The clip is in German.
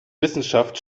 wissenschaft